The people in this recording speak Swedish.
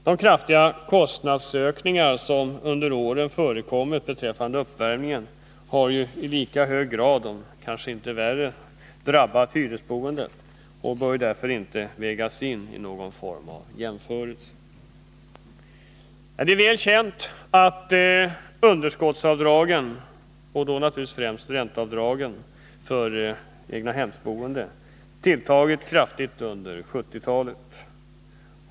De kraftiga kostnadsökningar som under året förekommit för uppvärmningen har ju i lika hög grad om inte ännu mer drabbat boende i hyreslägenheter och bör därför inte vägas in i någon form av jämförelser. Det är väl känt att underskottsavdragen och då naturligtvis främst ränteavdragen för egnahemsboende kraftigt tilltagit under 1970-talet.